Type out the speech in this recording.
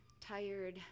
tired